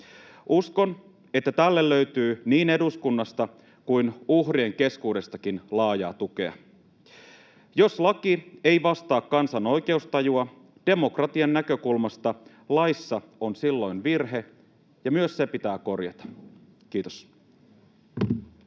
Uskon, että tälle löytyy niin eduskunnasta kuin uhrien keskuudestakin laajaa tukea. Jos laki ei vastaa kansan oikeustajua, demokratian näkökulmasta laissa on silloin virhe, ja myös se pitää korjata. — Kiitos.